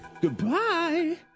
Goodbye